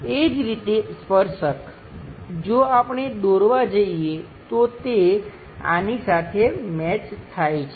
એ જ રીતે સ્પર્શક જો આપણે દોરવા જઈએ તો તે આની સાથે મેચ થાય છે